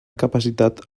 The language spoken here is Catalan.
capacitat